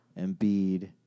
Embiid